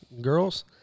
girls